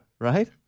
right